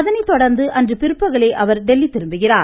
அதனை தொடர்ந்து அன்று பிற்பகலே அவர் டெல்லி திரும்புகிறார்